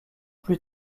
plus